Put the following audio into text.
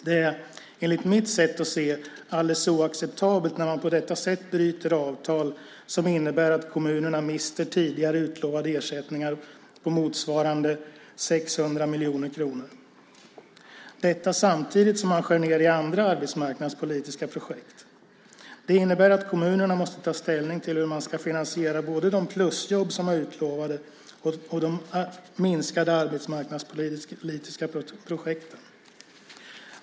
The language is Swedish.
Det är enligt mitt sätt att se alldeles oacceptabelt att man på detta sätt bryter avtal vilket innebär att kommunerna mister tidigare utlovade ersättningar på motsvarande 600 miljoner kronor. Det sker dessutom samtidigt som man skär ned i andra arbetsmarknadspolitiska projekt. Det innebär att kommunerna måste ta ställning till hur de ska finansiera både de utlovade plusjobben och det minskade antalet arbetsmarknadspolitiska projekt.